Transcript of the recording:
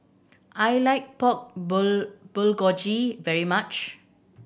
I like Pork Bulgogi very much